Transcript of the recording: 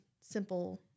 simple